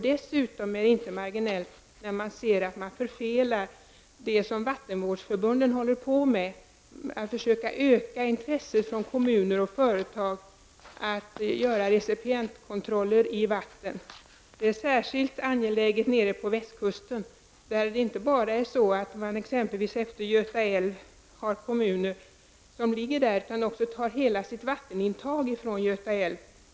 Dessutom är det inte marginellt att vattenvårdsförbundens ansträngningar att öka intresset från kommuner och företag att göra recipientkontroller i vatten förfelas. Det är särskilt angeläget på västkusten, där det finns kommuner som har hela sitt vattenintag från exempelvis Göta älv.